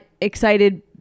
excited